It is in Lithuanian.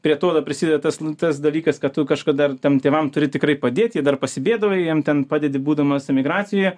prie to dar prisideda tas nu tas dalykas kad tu kažkada tam tėvam turi tikrai padėti ir dar pasibėdavai jiem ten padedi būdamas emigracijoje